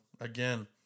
again